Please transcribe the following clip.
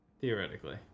theoretically